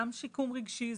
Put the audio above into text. גם שיקום רגשי,